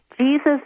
Jesus